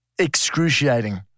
Excruciating